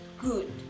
good